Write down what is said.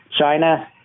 China